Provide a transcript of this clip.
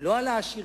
לא על העשירים,